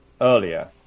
earlier